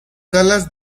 salas